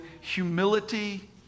humility